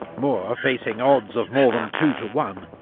moore, facing odds of more than two to one,